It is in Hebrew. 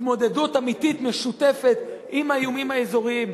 התמודדות אמיתית משותפת עם האיומים האזוריים,